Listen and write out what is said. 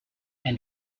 and